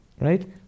Right